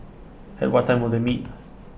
at what time will they meet